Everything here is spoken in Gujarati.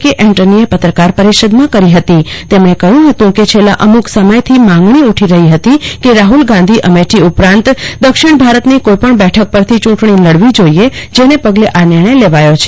કે એન્ટની એ પત્રકાર પરિષદ માં કરી ફતી તેમણે કહ્યું ફતું કે છેલ્લા અમુક સમય થી માંગણી ઉઠી રફી હતી કે રાફ્લ ગાંધી અમેઠી ઉપરાંત દક્ષીણ ભારત ની કોઈ પણ બેઠક પહિત્તિ ચૂંટણી લડવી જોઈએ જેને પગલે આ નિણર્ય લેવાયો છે